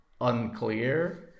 unclear